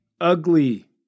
Ugly